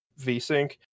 Vsync